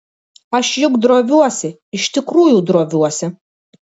aš juk droviuosi iš tikrųjų droviuosi